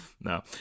no